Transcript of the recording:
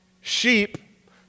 sheep